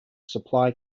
supply